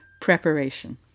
preparation